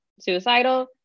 suicidal